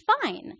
fine